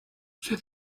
said